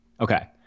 Okay